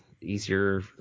easier